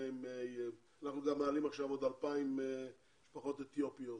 מעלים עכשיו עוד 2,000 עולים מאתיופיה.